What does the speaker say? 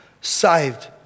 saved